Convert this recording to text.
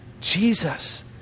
Jesus